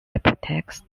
hypertext